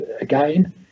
again